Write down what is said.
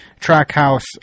Trackhouse